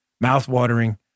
mouth-watering